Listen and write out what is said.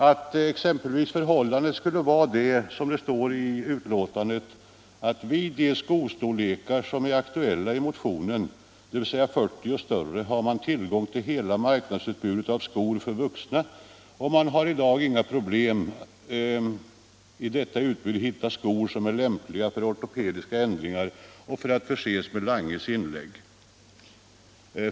Att förhållandet exempelvis skulle vara det som står i betänkandet, att ”vid de skostorlekar, som är aktuella i motionen, dvs. 40 och större, har man tillgång till hela marknadsutbudet av skor för vuxna, och man har i dag inga problem att i detta utbud hitta skor som är lämpliga för ortopediska ändringar och för att förses med Langes inlägg”.